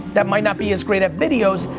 that might not be as great at videos,